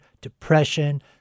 depression